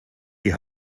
die